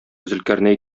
зөлкарнәй